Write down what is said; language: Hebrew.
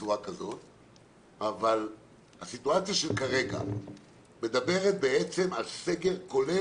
אבל הסיטואציה כרגע מדברת בעצם על סגר כולל,